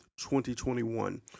2021